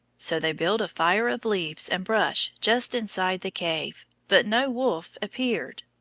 so they built a fire of leaves and brush just inside the cave but no wolf appeared.